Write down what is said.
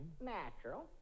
Natural